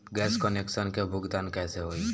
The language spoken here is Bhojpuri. गैस कनेक्शन के भुगतान कैसे होइ?